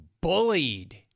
bullied